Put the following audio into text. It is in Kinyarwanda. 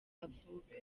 avuka